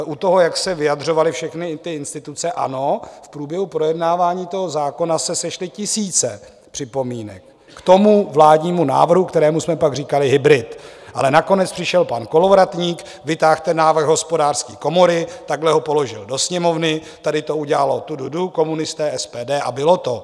U toho, jak se vyjadřovaly všechny ty instituce: ano, v průběhu projednávání zákona se sešly tisíce připomínek k vládnímu návrhu, kterému jsme pak říkali hybrid, ale nakonec přišel pan Kolovratník, vytáhl návrh Hospodářské komory, takhle ho položil do Sněmovny, tady to udělalo tududu, komunisté, SPD a bylo to.